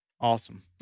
Awesome